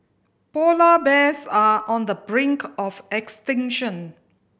polar bears are on the brink of extinction